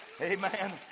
Amen